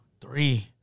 three